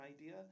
idea